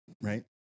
Right